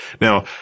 Now